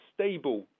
stable